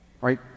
right